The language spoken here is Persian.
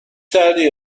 دردی